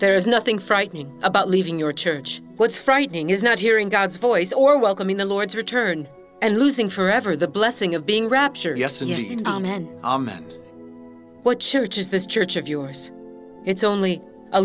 there is nothing frightening about leaving your church what's frightening is not hearing god's voice or welcoming the lord's return and losing forever the blessing of being raptured yes and it seemed amen amen what church is this church of us it's only a